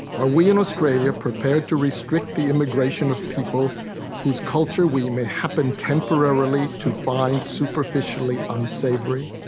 are we in australia prepared to restrict the immigration of people whose culture we may happen temporarily to find superficially unsavory?